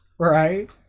Right